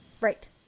Right